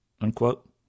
unquote